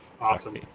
awesome